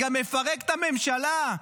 גם אפרק את הממשלה?